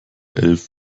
elf